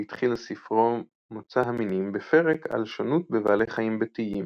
הוא התחיל את ספרו מוצא המינים בפרק על שונות בבעלי חיים ביתיים,